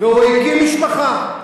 והוא הקים משפחה.